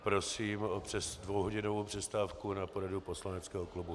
Prosím o dvouhodinovou přestávku na poradu poslaneckého klubu.